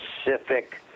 specific